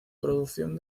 producción